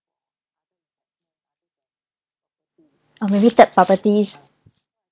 or maybe third properties